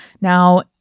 Now